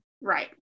Right